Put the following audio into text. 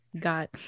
got